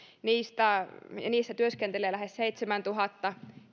niissä työskentelee lähes seitsemäntuhatta